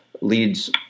leads